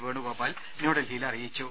വേണുഗോപാൽ ന്യൂഡൽഹി യിൽ അറിയിച്ചു